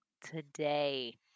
today